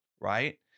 right